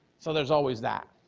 so there's always that.